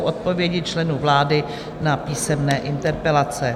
Odpovědi členů vlády na písemné interpelace